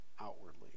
outwardly